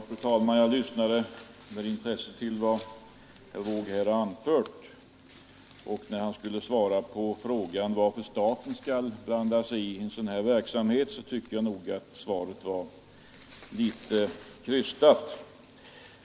Fru talman! Jag lyssnade med intresse till vad herr Wååg här anfört. När han skulle svara på frågan varför staten skall blanda sig i en sådan här verksamhet, tycker jag nog att hans svar var något krystat.